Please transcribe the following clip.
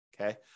Okay